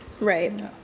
Right